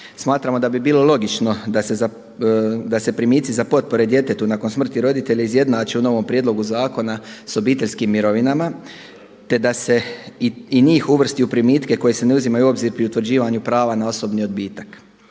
Smatramo da bi bilo logično da se primitci za potpore djetetu nakon smrti roditelja izjednače u novom prijedlogu zakona sa obiteljskim mirovinama, te da se i njih uvrsti u primitke koji se ne uzimaju u obzir pri utvrđivanju prava na osobni odbitak.